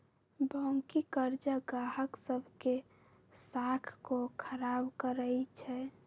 बाँकी करजा गाहक सभ के साख को खराब करइ छै